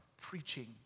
preaching